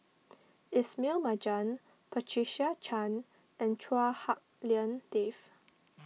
Ismail Marjan Patricia Chan and Chua Hak Lien Dave